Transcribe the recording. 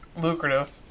lucrative